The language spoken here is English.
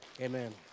Amen